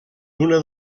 una